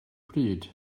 pryd